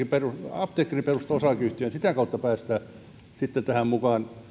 apteekkari perustaa osakeyhtiön sitä kautta päästä sitten tähän mukaan